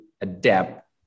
adapt